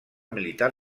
militar